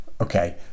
okay